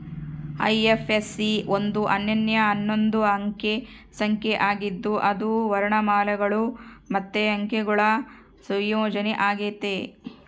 IFSC ಒಂದು ಅನನ್ಯ ಹನ್ನೊಂದು ಅಂಕೆ ಸಂಖ್ಯೆ ಆಗಿದ್ದು ಅದು ವರ್ಣಮಾಲೆಗುಳು ಮತ್ತೆ ಅಂಕೆಗುಳ ಸಂಯೋಜನೆ ಆಗೆತೆ